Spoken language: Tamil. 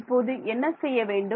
இப்போது என்ன செய்ய வேண்டும்